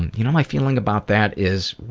you know my feeling about that is,